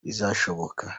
bizashoboka